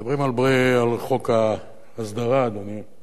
מדברים הרבה על חוק ההסדרה, אדוני.